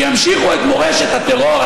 שימשיכו את מורשת הטרור,